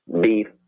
beef